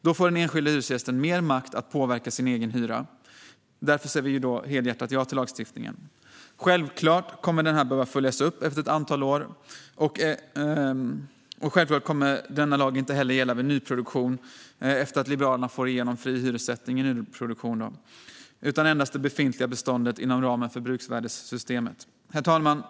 Då får den enskilde hyresgästen mer makt att påverka sin egen hyra. Därför säger vi helhjärtat ja till lagstiftningen. Självklart behöver den följas upp efter ett antal år, och självklart kommer denna lag inte att gälla vid nyproduktion efter att Liberalerna får igenom fri hyressättning i nyproduktion. Den kommer alltså endast att röra det befintliga beståndet inom ramen för bruksvärdessystemet. Herr talman!